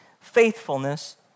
faithfulness